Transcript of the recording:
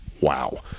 Wow